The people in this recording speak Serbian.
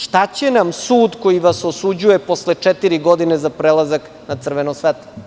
Šta će nam sud koji vas osuđuje posle četiri godine za prelazak na crveno svetlo?